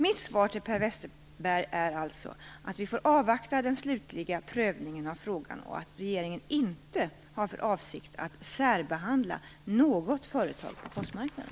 Mitt svar till Per Westerberg är att vi får avvakta den slutliga prövningen av frågan, och att regeringen inte har för avsikt att särbehandla något företag på postmarknaden.